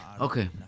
Okay